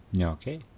Okay